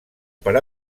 per